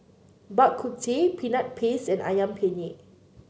Bak Kut Teh Peanut Paste and ayam penyet